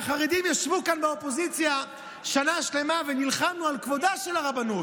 הרי החרדים ישבו כאן באופוזיציה שנה שלמה ונלחמו על כבודה של הרבנות.